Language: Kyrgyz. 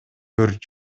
өрт